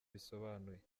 bisobanuye